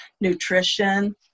nutrition